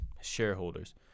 shareholders